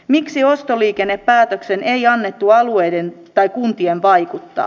miksi ostoliikennepäätökseen ei annettu alueiden tai kuntien vaikuttaa